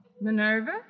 Minerva